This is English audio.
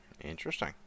Interesting